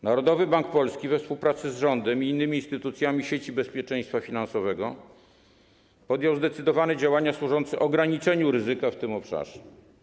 Narodowy Bank Polski we współpracy z rządem i innymi instytucjami sieci bezpieczeństwa finansowego podjął zdecydowane działania służące ograniczeniu ryzyka w tym obszarze.